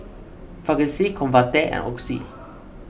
Vagisil Convatec and Oxy